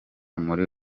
muri